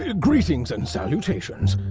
ah greetings and salutations.